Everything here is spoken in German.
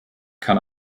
kann